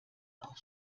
auch